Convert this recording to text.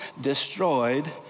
destroyed